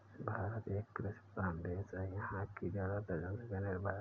भारत एक कृषि प्रधान देश है यहाँ की ज़्यादातर जनसंख्या निर्भर है